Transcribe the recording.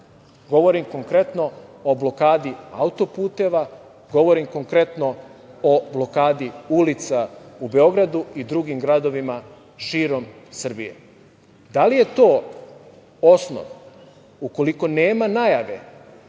govorim konkretno o blokadi auto-puteva, govorim konkretno o blokadi ulica u Beogradu i drugim gradovima širom Srbije. Da li je to osnov, ukoliko nema najave,